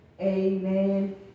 Amen